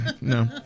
No